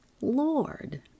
Lord